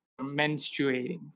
menstruating